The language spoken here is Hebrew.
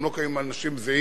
גם לא קיימים אנשים זהים